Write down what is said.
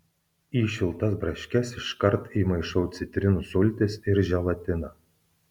į šiltas braškes iškart įmaišau citrinų sultis ir želatiną